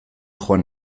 joan